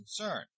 concern